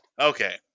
Okay